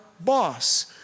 boss